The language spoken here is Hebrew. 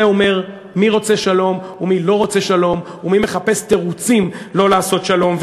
זה אומר מי רוצה שלום ומי לא רוצה שלום ומי מחפש תירוצים לא לעשות שלום.